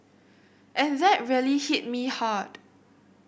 and that really hit me hard